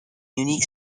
unique